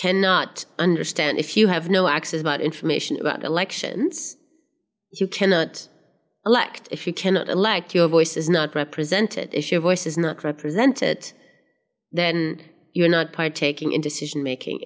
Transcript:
cannot understand if you have no access about information about elections you cannot elect if you cannot elect your voice is not represented if your voice is not represented then you're not partaking in decision making